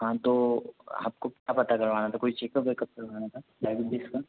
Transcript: हाँ तो आपको क्या पता करवाना था कोई चेकअप वेकप करवाना था डायबिटीज़ का